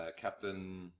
Captain